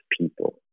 people